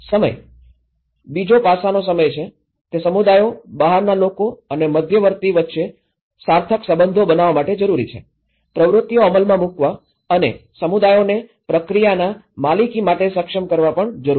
સમય બીજો પાસાનો સમય છે તે સમુદાયો બહારના લોકો અને મધ્યવર્તી વચ્ચે સાર્થક સંબંધો બનાવવા માટે જરૂરી છે પ્રવૃત્તિઓ અમલમાં મૂકવા અને સમુદાયોને પ્રક્રિયાના માલિકી માટે સક્ષમ કરવા પણ જરૂરી છે